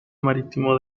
marítimo